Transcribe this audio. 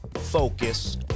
Focus